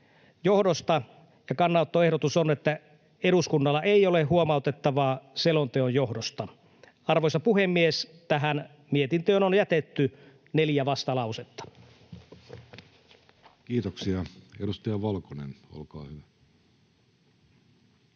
johdosta, ja kannanottoehdotus on, että eduskunnalla ei ole huomautettavaa selonteon johdosta. Arvoisa puhemies! Tähän mietintöön on jätetty neljä vastalausetta. [Speech 9] Speaker: Jussi